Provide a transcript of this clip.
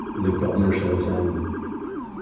the governor says, um,